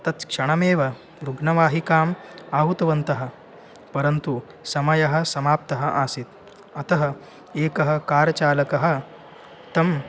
तत् क्षणमेव रुग्णवाहिकाम् आहूतवन्तः परन्तु समयः समाप्तः आसीत् अतः एकः कारचालकः तं